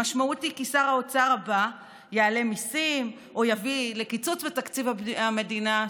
המשמעות היא ששר האוצר הבא יעלה מיסים או יביא לקיצוץ בתקציב המדינה,